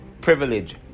privilege